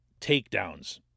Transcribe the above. takedowns